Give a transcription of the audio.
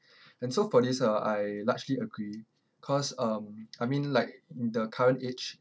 and so for this uh I largely agree cause um I mean like the current age